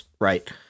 Right